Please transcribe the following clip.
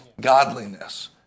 godliness